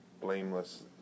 blameless